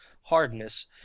hardness